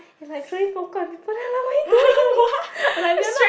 it's like throwing popcorn what you doing I'm like we are not